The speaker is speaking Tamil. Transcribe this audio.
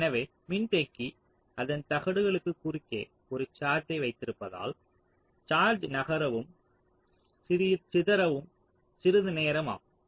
எனவே மின்தேக்கி அதன் தகடுகளுக்கு குறுக்கே ஒரு சார்ஜ்சை வைத்திருப்பதால் சார்ஜ் நகரவும் சிதறவும் சிறிது நேரம் ஆகும்